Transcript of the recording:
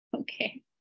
okay